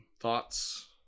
thoughts